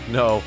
no